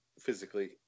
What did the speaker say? physically